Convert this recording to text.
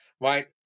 right